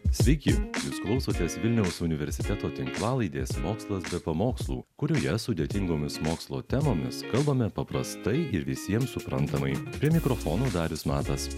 sveiki jūs klausotės vilniaus universiteto tinklalaidės mokslas be pamokslų kurioje sudėtingomis mokslo temomis kalbame paprastai ir visiems suprantamai prie mikrofono darius matas